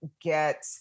get